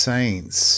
Saints